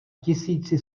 tisíci